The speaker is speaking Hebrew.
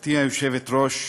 גברתי היושבת-ראש,